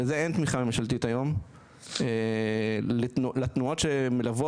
ולזה אין תמיכה ממשלתית היום לתנועות שמלוות,